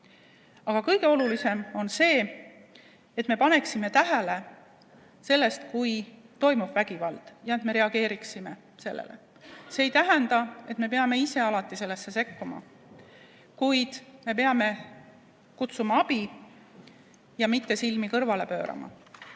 Aga kõige olulisem on see, et me paneksime tähele, kui toimub vägivald, ja et me reageeriksime sellele. See ei tähenda, et me peame ise alati sellesse sekkuma. Kuid me peame kutsuma abi ega tohi silmi kõrvale pöörata.